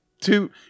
two